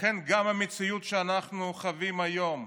לכן גם המציאות שאנחנו חווים היום,